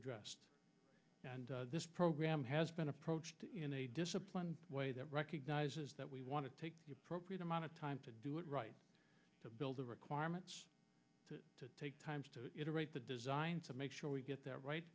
addressed and this program has been approached in a disciplined way that recognizes that we want to take appropriate amount of time to do it right to build the requirements to take time to write the design to make sure we get that right